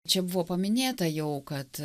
čia buvo paminėta jau kad